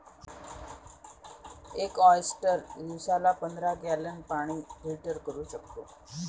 एक ऑयस्टर दिवसाला पंधरा गॅलन पाणी फिल्टर करू शकतो